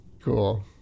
Cool